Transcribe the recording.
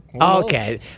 Okay